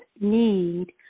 need